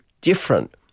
different